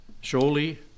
surely